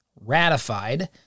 ratified